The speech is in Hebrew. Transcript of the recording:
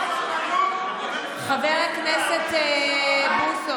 את תומכת בסרבנות?